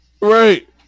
Right